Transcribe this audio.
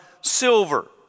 silver